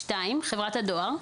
חברתה דואר.